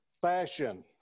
fashion